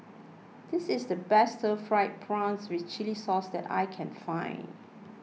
this is the best Stir Fried Prawns with Chili Sauce that I can find